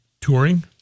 touring